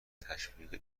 تشویق